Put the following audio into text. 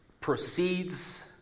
proceeds